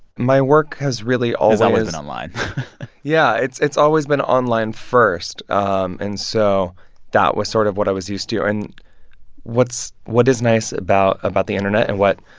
my work has really always. has always been online yeah, it's it's always been online first. and so that was sort of what i was used to. and what's what is nice about about the internet and what,